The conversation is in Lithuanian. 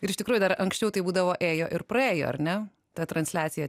ir iš tikrųjų dar anksčiau tai būdavo ėjo ir praėjo ar ne ta transliacija